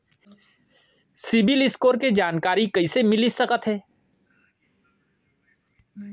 CIBIL score के जानकारी कइसे मिलिस सकथे?